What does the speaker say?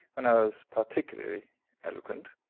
when i was particularly eloquent.